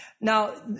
Now